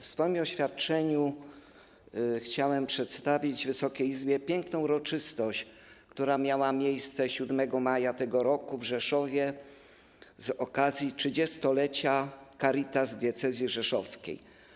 W swoim oświadczeniu chciałem przedstawić Wysokiej Izbie piękną uroczystość, która miała miejsce 7 maja tego roku w Rzeszowie, z okazji 30-lecia Caritasu Diecezji Rzeszowskiej.